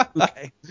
Okay